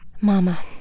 Mama